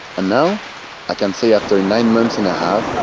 and now i can say after nine months and a half